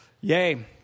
Yay